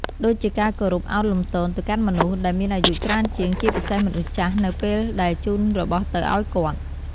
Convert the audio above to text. ដូចជាការគោរពឱនលំទោនទៅកាន់មនុស្សដែលមានអាយុច្រើនជាង ជាពិសេសមនុស្សចាស់នៅពេលដែលជូនរបស់ទៅអោយគាត់។